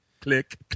click